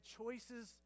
choices